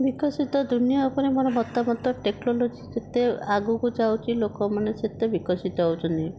ବିକଶିତ ଦୁନିଆ ଉପରେ ମୋର ମତାମତ ଟେକ୍ନୋଲୋଜି ଯେତେ ଆଗକୁ ଯାଉଛି ଲୋକମାନେ ସେତେ ବିକଶିତ ହେଉଛନ୍ତି